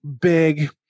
big